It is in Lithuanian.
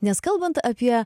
nes kalbant apie